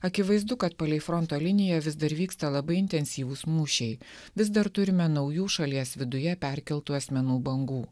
akivaizdu kad palei fronto liniją vis dar vyksta labai intensyvūs mūšiai vis dar turime naujų šalies viduje perkeltų asmenų bangų